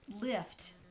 lift